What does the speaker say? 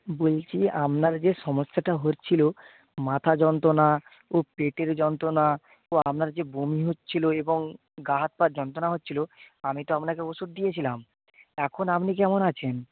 বলছি আপনার যে সমস্যাটা হচ্ছিলো মাথা যন্ত্রনা ও পেটের যন্ত্রনা ও আপনার যে বমি হচ্ছিলো এবং গা হাত পার যন্ত্রনা হচ্ছিলো আমি তো আপনাকে ওষুধ দিয়েছিলাম এখন আপনি কেমন আছেন